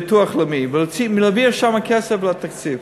לביטוח לאומי ולהעביר משם כסף לתקציב.